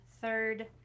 third